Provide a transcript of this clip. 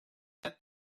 that